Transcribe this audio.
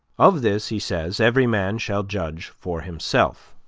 of this, he says, every man shall judge for himself.